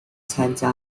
参加